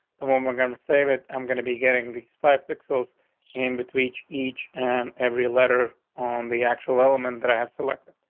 the one we're going to save it. i'm going to be getting the five pixels in between each each and every letter on the actual element that i have selected.